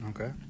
Okay